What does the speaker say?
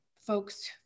folks